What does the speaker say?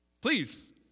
Please